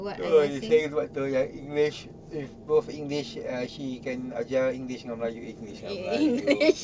so what you saying is what oh ya english if both english uh she can ajar english dengan melayu eh english dengan melayu